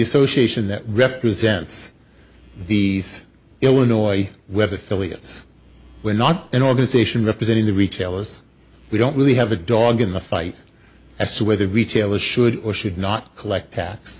association that represents the illinois whether philebus we're not an organization representing the retailers we don't really have a dog in the fight as to whether retailers should or should not collect tax